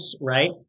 right